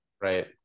right